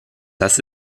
das